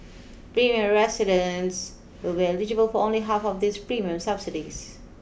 residents will be eligible for only half of these premium subsidies